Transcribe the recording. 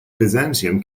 byzantium